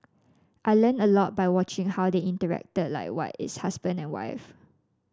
I learnt a lot by watching how they interacted like what is husband and wife